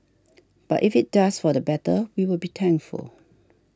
but if it does for the better we will be thankful